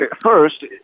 first